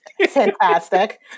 Fantastic